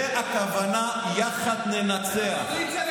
זה הכוונה ביחד ננצח.